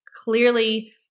clearly